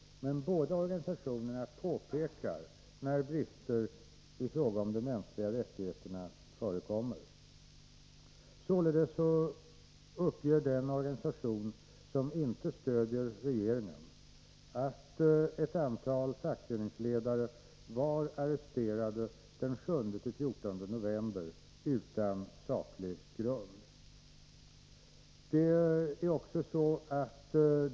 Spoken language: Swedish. Men båda organisationerna påpekar när brister i fråga om de mänskliga rättigheterna förekommer. Således uppger den organisation som inte stöder regeringen att ett antal fackföreningsledare var arresterade den 7—-14 november utan saklig grund.